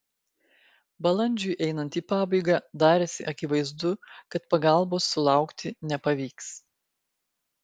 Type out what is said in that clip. balandžiui einant į pabaigą darėsi akivaizdu kad pagalbos sulaukti nepavyks